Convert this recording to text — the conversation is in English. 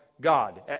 God